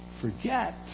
forget